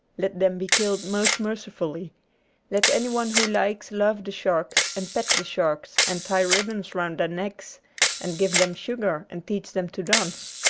let them be killed most mercifully let anyone who likes love the sharks, and pet the sharks, and tie ribbons round their necks and give them sugar and teach them to dance.